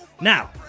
Now